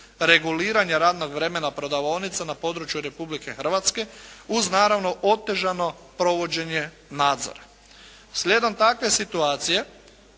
reguliranja radnog vremena prodavaonica na području Republike Hrvatske uz naravno otežano provođenje nadzora. Slijedom takve situacije